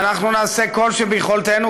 ואנחנו נעשה כל שביכולתנו,